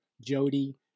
Jody